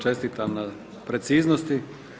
Čestitam na preciznosti.